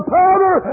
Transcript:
powder